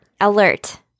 Alert